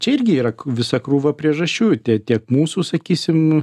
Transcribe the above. čia irgi yra visa krūva priežasčių tiek mūsų sakysim